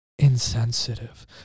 insensitive